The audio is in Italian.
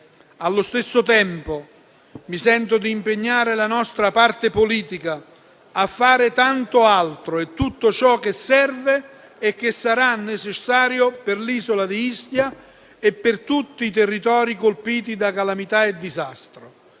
Allo stesso tempo, mi sento di impegnare la nostra parte politica a fare tanto altro, tutto ciò che serve e che sarà necessario per l'isola di Ischia e per tutti i territori colpiti da calamità e disastri.